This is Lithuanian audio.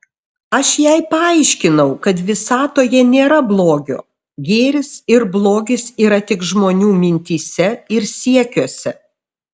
aš jai paaiškinau kad visatoje nėra blogio gėris ir blogis yra tik žmonių mintyse ir siekiuose